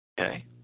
Okay